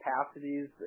capacities